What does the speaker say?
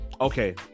okay